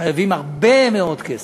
שחייב הרבה מאוד כסף,